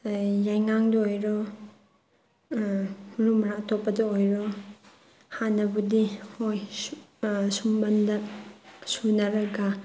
ꯌꯥꯏꯉꯪꯗ ꯑꯣꯏꯔꯣ ꯃꯔꯨ ꯃꯔꯥꯡ ꯑꯇꯣꯞꯄꯗ ꯑꯣꯏꯔꯣ ꯍꯥꯟꯅꯕꯨꯗꯤ ꯍꯣꯏ ꯁꯨꯝꯕꯟꯗ ꯁꯨꯅꯔꯒ